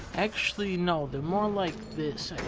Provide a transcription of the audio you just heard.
actually no, they're more like this,